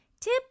Tip